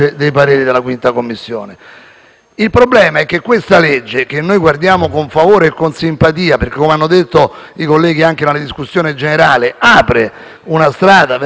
Il problema è che sul presente disegno di legge (a cui noi guardiamo con favore e simpatia, perché, come hanno detto i colleghi in sede di discussione generale, apre una strada verso una maggiore attenzione alle isole minori)